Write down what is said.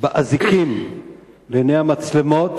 באזיקים לעיני המצלמות